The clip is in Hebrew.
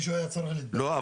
מישהו היה צריך --- לא,